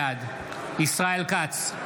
בעד ישראל כץ,